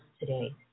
today